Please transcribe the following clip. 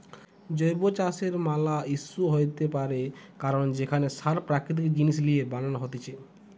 জৈব চাষের ম্যালা ইস্যু হইতে পারে কারণ সেখানে সার প্রাকৃতিক জিনিস লিয়ে বানান হতিছে